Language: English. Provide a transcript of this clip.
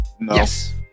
Yes